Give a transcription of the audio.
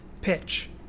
pitch